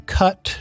cut